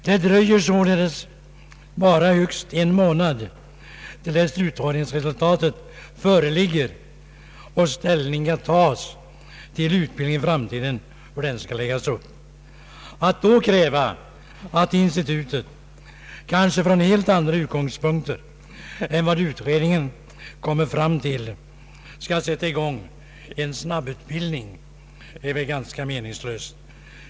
Det dröjer således bara högst en månad till dess att utredningsresultatet föreligger och ställning kan tagas i frågan hur utbildningen i framtiden skall läggas upp. Att då kräva att institutet kanske från helt andra utgångspunkter än vad utredningen föreslår skall sätta i gång en snabbutbildning är väl ganska meningslöst.